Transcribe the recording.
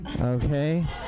Okay